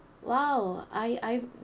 !wow! I I